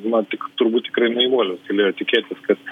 na tik turbūt tikrai naivuolis galėjo tikėtis kad